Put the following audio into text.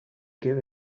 give